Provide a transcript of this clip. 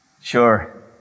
sure